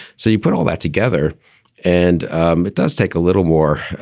so you put all that together and um it does take a little more